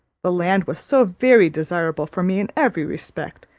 the land was so very desirable for me in every respect,